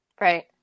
right